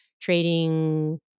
trading